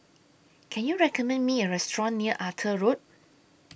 Can YOU recommend Me A Restaurant near Arthur Road